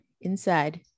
inside